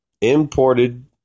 Imported